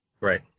Right